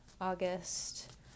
August